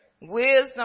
Wisdom